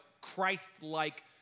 Christ-like